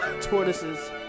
tortoises